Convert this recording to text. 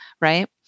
Right